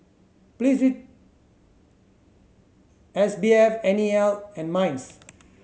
S B F N E L and MINDS